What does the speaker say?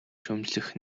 шүүмжлэх